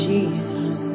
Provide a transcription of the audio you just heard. Jesus